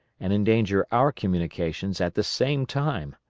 and endanger our communications at the same time.